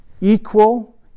equal